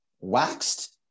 waxed